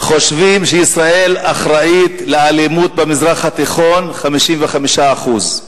חושבים שישראל אחראית לאלימות במזרח התיכון 55%;